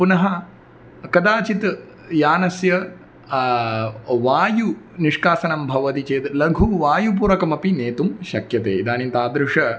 पुनः कदाचित् यानस्य वायुनिष्कासनं भवति चेत् लघु वायुपूरकमपि नेतुं शक्यते इदानीं तादृश